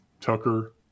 Tucker